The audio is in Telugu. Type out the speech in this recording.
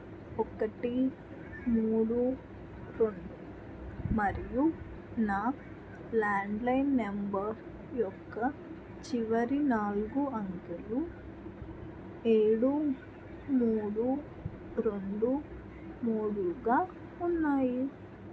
ఒకటి మూడు రెండు మరియు నా ల్యాండ్లైన్ నంబర్ యొక్క చివరి నాలుగు అంకెలు ఏడు మూడు రెండు మూడుగా ఉన్నాయి